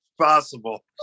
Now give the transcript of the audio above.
possible